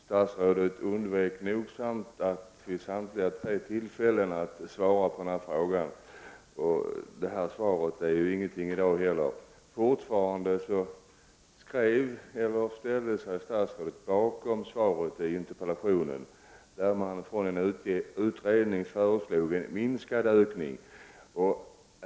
Statsrådet undvek nogsamt vid samtliga tre tillfällen att svara på denna fråga. Svaret i dag är inte heller någonting. Statsrådet ställer sig fortfarande bakom svaret på interpellationen, där det refereras till en utredning i vilken man föreslår en minskad ökning av privatbilismen.